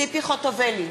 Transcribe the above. ציפי חוטובלי,